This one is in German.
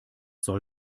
soll